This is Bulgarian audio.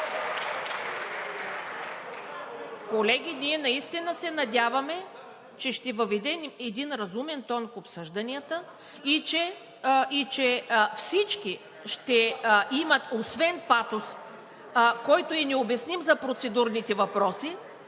Колеги, ние наистина се надяваме, че ще въведем един разумен тон в обсъжданията и че всички ще имат освен патос, който е необясним за процедурните въпроси,